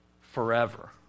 forever